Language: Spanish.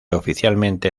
oficialmente